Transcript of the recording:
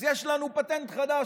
אז יש לנו פטנט חדש,